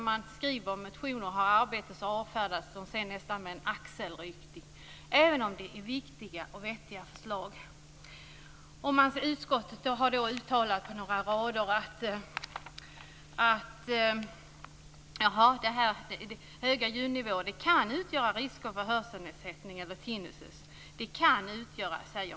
Man skriver motioner och arbetar med dem, och sedan avfärdas de nästan med en axelryckning även om det är viktiga och vettiga förslag. Utskottet har på några rader uttalat att höga ljudnivåer kan utgöra risker för hörselnedsättning eller tinnitus.